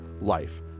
life